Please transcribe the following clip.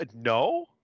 No